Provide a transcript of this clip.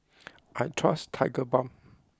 I trust Tigerbalm